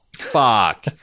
fuck